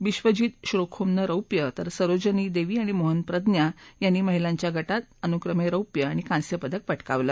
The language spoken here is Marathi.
बिद्वजित श्रोखोम न रौप्य तर सरोजनी देवी आणि मोहन प्रज्ञा यांनी महिलांच्या गटात अनुक्रमे रौप्य आणि कांस्य पदक पटकावलं